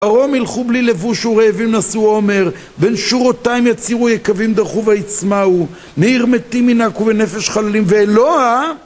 "ערום הלכו בלי לבוש, ורעבים נשאו עומר. בין שורותיים יצהירו, יקבים דרכו ויצמאו. מעיר מתים ינאקו, מנפש חללים", ואלוה!